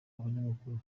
abanyamakuru